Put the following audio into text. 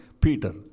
Peter